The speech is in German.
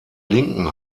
linken